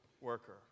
worker